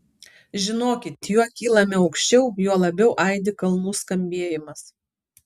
žinokit juo kylame aukščiau juo labiau aidi kalnų skambėjimas